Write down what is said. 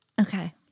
Okay